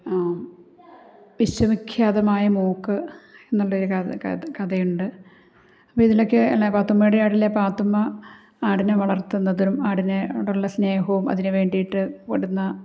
വിശ്വവിഖ്യാതമായ മൂക്ക് എന്നുള്ള ഒരു കഥയുണ്ട് അപ്പോൾ ഇതിലൊക്കെ അല്ല പാത്തുമ്മയുടെ ആടിലെ പാത്തുമ്മ ആടിനെ വളർത്തുന്നതും ആടിനോടുള്ള സ്നേഹവും അതിനെ വേണ്ടിയിട്ട് പെടുന്ന